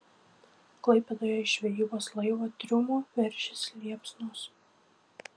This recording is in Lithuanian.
klaipėdoje iš žvejybos laivo triumų veržėsi liepsnos